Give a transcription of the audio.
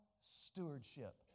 stewardship